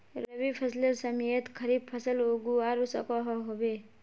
रवि फसलेर समयेत खरीफ फसल उगवार सकोहो होबे?